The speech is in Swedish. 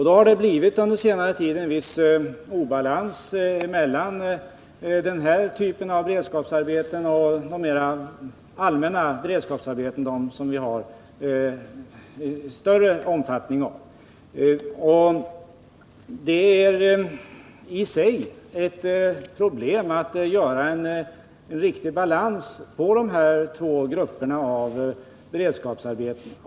Då har det under senare tid blivit en viss obalans mellan den här typen av beredskapsarbeten och de mer allmänna beredskapsarbeten som finns i större omfattning. Det är i sig ett problem att skapa en riktig balans mellan de här två grupperna av beredskapsarbeten.